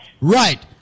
Right